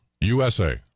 USA